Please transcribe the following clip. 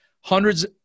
Hundreds